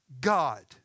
God